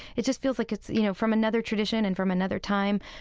it just feels like it's, you know, from another tradition and from another time.